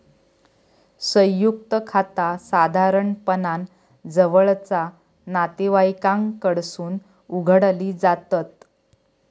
संयुक्त खाता साधारणपणान जवळचा नातेवाईकांकडसून उघडली जातत